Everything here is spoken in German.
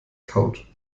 kaut